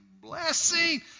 blessing